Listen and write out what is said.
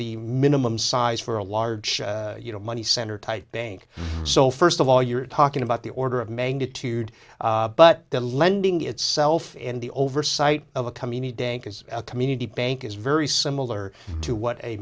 the minimum size for a large you know money center type bank so first of all you're talking about the order of magnitude but the lending itself and the oversight of a company day as a community bank is very similar to what a